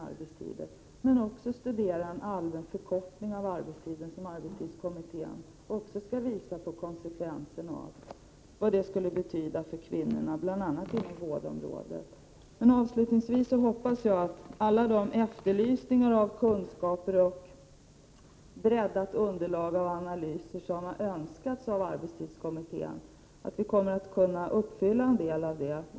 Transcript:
Arbetstidskommittén måste också studera förutsättningarna för en allmän förkortning av arbetstiden och visa på vilka konsekvenser en sådan arbetstidsförkortning skulle få för bl.a. kvinnor inom vårdområdet. Avslutningsvis hoppas jag att arbetstidskommittén skall kunna uppfylla en del av de önskemål som framställts i ftråga om kunskaper och analyser och ett breddat underlag.